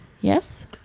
Yes